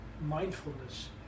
mindfulness